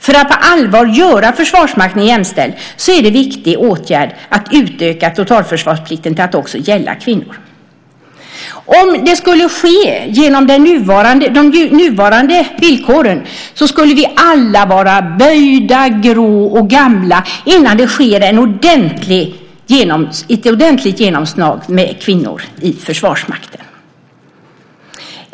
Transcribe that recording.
För att på allvar göra Försvarsmakten jämställd är det en viktig åtgärd att utöka totalförsvarsplikten till att också gälla kvinnor. Om det skulle ske genom de nuvarande villkoren skulle vi alla vara böjda, grå och gamla innan det blir ett ordentligt genomslag av kvinnor i Försvarsmakten.